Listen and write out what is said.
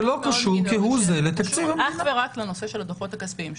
שלא קשור כהוא זה לתקציב המדינה.